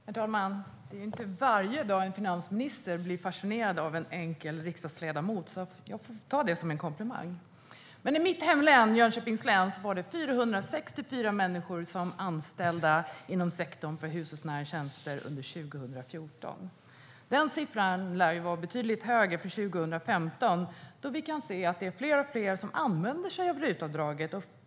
Herr talman! Det är inte varje dag en finansminister blir fascinerad av en enkel riksdagsledamot. Jag får därför ta det som en komplimang. I mitt hemlän, Jönköpings län, var det 464 människor anställda inom sektorn för hushållsnära tjänster under 2014. Den siffran lär vara betydligt högre för 2015, då vi kan se att det är fler och fler som använder sig av RUT-avdraget.